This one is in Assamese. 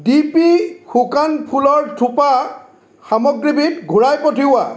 ডিপি শুকান ফুলৰ থোপা সামগ্ৰীবিধ ঘূৰাই পঠিওৱা